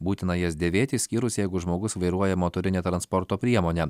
būtina jas dėvėti išskyrus jeigu žmogus vairuoja motorinę transporto priemonę